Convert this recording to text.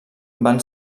van